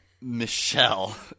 Michelle